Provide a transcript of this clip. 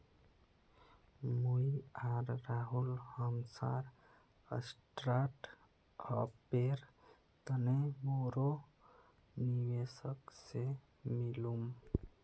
मुई आर राहुल हमसार स्टार्टअपेर तने बोरो निवेशक से मिलुम